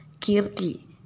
Kirti